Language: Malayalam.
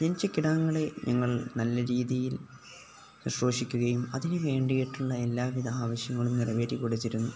ജനിച്ച കിടാങ്ങളെ ഞങ്ങൾ നല്ല രീതിയിൽ ശുശ്രൂഷിക്കുകയും അതിനു വേണ്ടിയിട്ടുള്ള എല്ലാവിധ ആവശ്യങ്ങളും നിറവേറ്റി കൊടുത്തിരുന്നു